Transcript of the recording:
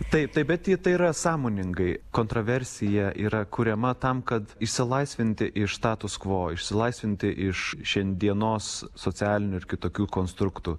taip taip bet tai yra sąmoningai kontroversija yra kuriama tam kad išsilaisvinti iš tatuskvo išsilaisvinti iš šiandienos socialinių ir kitokių konstruktų